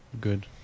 good